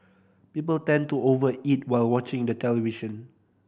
people tend to over eat while watching the television